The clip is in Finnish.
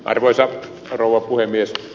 arvoisa rouva puhemies